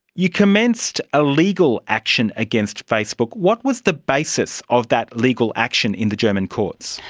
you commenced a legal action against facebook. what was the basis of that legal action in the german courts?